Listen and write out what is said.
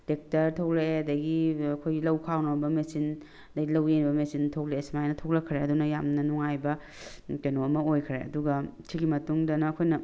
tractor ꯊꯣꯛꯂꯛꯑꯦ ꯑꯗꯒꯤ ꯑꯩꯈꯣꯏꯒꯤ ꯂꯧ ꯈꯥꯎꯅꯕ ꯃꯦꯆꯤꯟ ꯑꯗꯒꯤ ꯂꯧ ꯌꯩꯅꯕ ꯃꯦꯆꯤꯟ ꯊꯣꯛꯂꯛꯑꯦ ꯁꯨꯃꯥꯏꯅ ꯊꯣꯛꯂꯛꯈ꯭ꯔꯦ ꯑꯗꯨꯅ ꯌꯥꯝꯅ ꯅꯨꯡꯉꯥꯏꯕ ꯀꯩꯅꯣꯝꯃ ꯑꯣꯏꯈ꯭ꯔꯦ ꯑꯗꯨꯒ ꯁꯤꯒꯤ ꯃꯇꯨꯡꯗꯅ ꯑꯩꯈꯣꯏꯅ